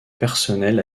personnel